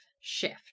shift